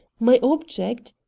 my object,